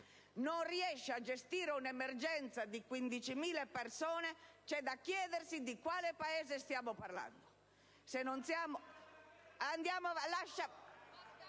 non riesce a gestire un'emergenza di 15.000 persone, c'è da chiedersi di quale Paese stiamo parlando.